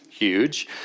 Huge